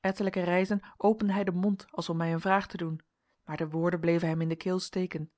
ettelijke reizen opende hij den mond als om mij een vraag te doen maar de woorden bleven hem in de keel steken